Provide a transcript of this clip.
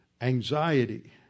anxiety